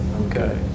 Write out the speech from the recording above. okay